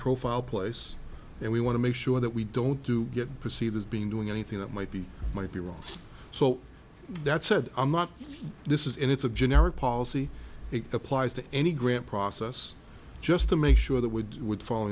profile place and we want to make sure that we don't do get perceived as being doing anything that might be might be wrong so that said i'm not this is and it's a generic policy it applies to any grant process just to make sure that we would